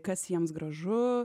kas jiems gražu